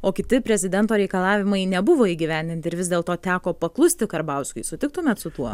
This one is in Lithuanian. o kiti prezidento reikalavimai nebuvo įgyvendinti ir vis dėlto teko paklusti karbauskiui sutiktumėt su tuo